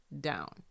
down